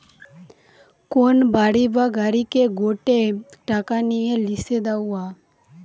কোন বাড়ি বা গাড়িকে গটে টাকা নিয়ে লিসে দেওয়া